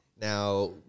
Now